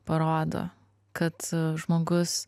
parodo kad žmogus